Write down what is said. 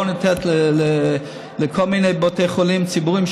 ולתת לכל מיני בתי חולים ציבוריים,